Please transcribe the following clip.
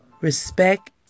respect